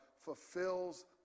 fulfills